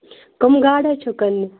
کٕم گاڈٕ حظ چھَو کٕننہِ